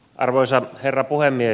arvoisa herra puhemies